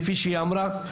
כפי שהיא אמרה,